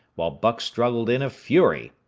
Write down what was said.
while buck struggled in a fury,